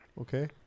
Okay